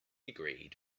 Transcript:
agreed